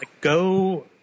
go –